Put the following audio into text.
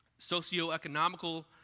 socioeconomical